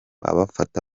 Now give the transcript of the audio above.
abafata